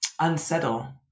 unsettle